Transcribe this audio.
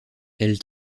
elle